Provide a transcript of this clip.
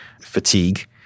fatigue